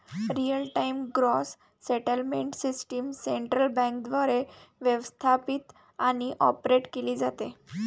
real time gross settlement system central बँकेद्वारे व्यवस्थापित आणि ऑपरेट केली जाते